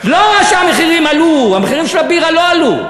לא שהמחירים עלו, המחירים של הבירה לא עלו.